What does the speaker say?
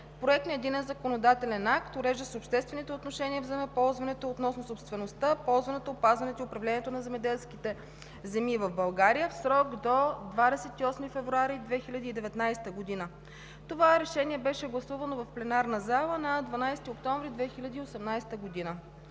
проект на единен законодателен акт, уреждащ обществените отношения в земеползването относно собствеността, ползването, опазването и управлението на земеделските земи в България в срок до 28 февруари 2019 г. Това решение беше гласувано в пленарната зала на 12 октомври 2018 г.